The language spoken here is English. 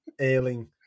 Ailing